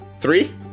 Three